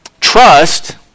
trust